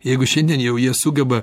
jeigu šiandien jau jie sugeba